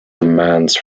demands